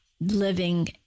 living